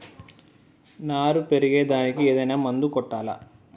నారు పెరిగే దానికి ఏదైనా మందు కొట్టాలా?